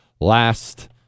last